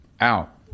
out